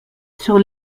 sur